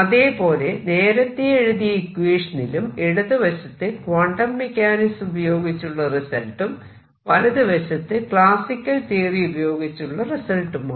അതേപോലെ നേരത്തെ എഴുതിയ ഇക്വേഷനിലും ഇടതുവശത്ത് ക്വാണ്ടം മെക്കാനിക്സ് ഉപയോഗിച്ചുള്ള റിസൾട്ടും വലതുവശത്ത് ക്ലാസിക്കൽ തിയറി ഉപയോഗിച്ചുള്ള റിസൾട്ടുമാണ്